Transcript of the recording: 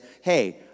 hey